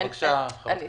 בבקשה, חברת הכנסת וונש.